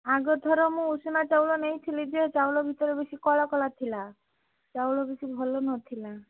ଆଗଥର ମୁଁ ଉଷୁନା ଚାଉଳ ନେଇଥିଲି ଯେ ଚାଉଳ ଭିତରେ ବେଶି କଳାକଳା ଥିଲା ଚାଉଳ ବେଶି ଭଲ ନଥିଲା